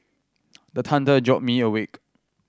the thunder jolt me awake